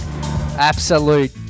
Absolute